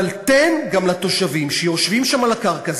אבל תן גם לתושבים שיושבים שם על הקרקע,